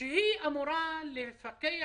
הייתה אמורה לפקח,